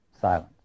Silence